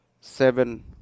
seven